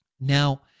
Now